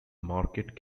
market